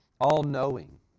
all-knowing